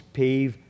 pave